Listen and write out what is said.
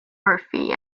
murphy